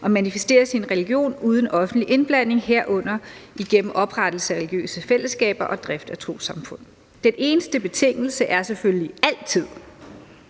og manifestere sin religion uden offentlig indblanding, herunder igennem oprettelse af religiøse fællesskaber og drift af trossamfund. Den eneste betingelse er selvfølgelig altid,